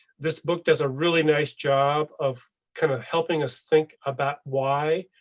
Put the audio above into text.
this book does a really nice job of kind of helping us think about why.